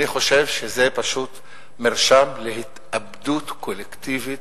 אני חושב שזה פשוט מרשם להתאבדות קולקטיבית,